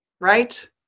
right